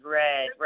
red